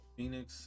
Phoenix